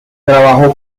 trabajó